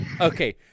Okay